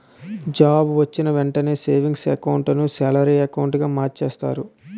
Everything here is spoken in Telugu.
జాబ్ వొచ్చిన వెంటనే సేవింగ్స్ ఎకౌంట్ ను సాలరీ అకౌంటుగా మార్చేస్తారు